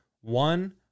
one